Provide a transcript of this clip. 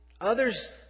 Others